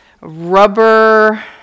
rubber